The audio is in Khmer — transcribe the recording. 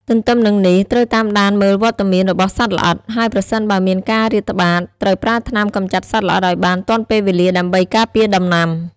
ទន្ទឹមនឹងនេះ ត្រូវតាមដានមើលវត្តមានរបស់សត្វល្អិត ហើយប្រសិនបើមានការរាតត្បាត ត្រូវប្រើថ្នាំកម្ចាត់សត្វល្អិតឱ្យបានទាន់ពេលវេលាដើម្បីការពារដំណាំ។